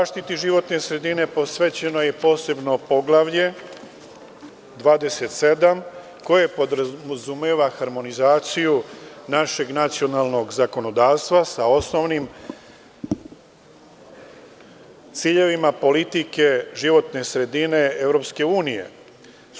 Zaštiti životne sredine posvećeno je posebno Poglavlje 27, koje podrazumeva harmonizaciju našeg nacionalnog zakonodavstva sa osnovnim ciljevima politike životne sredine Evropske unije.